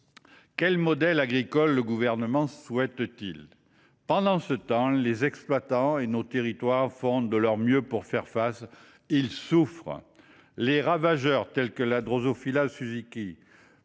Quel modèle agricole le Gouvernement souhaite t il réellement ? Pendant ce temps, les exploitants et nos territoires font de leur mieux pour faire face. Ils souffrent ! Les ravageurs, tels que la, plongent la filière